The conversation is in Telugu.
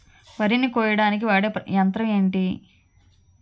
వరి ని కోయడానికి వాడే యంత్రం ఏంటి?